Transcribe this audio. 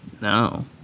No